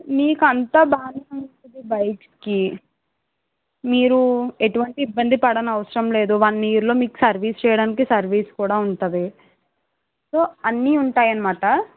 మీకంతా బాగానే ఉంటుంది బైటికి మీరు ఎటువంటి ఇబ్బంది పడనవసరంలేదు వన్ ఇయర్లో మీకు సర్వీస్ చేయడానికి సర్వీస్ కూడా ఉంటుంది సో అన్నీ ఉంటాయి అన్నమాట